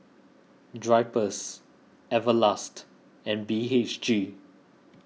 Drypers Everlast and B H G